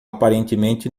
aparentemente